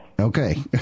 Okay